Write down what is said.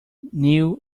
new